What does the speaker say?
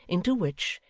into which,